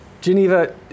Geneva